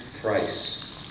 price